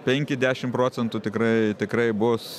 penki dešim procentų tikrai tikrai bus